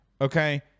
okay